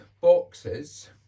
boxes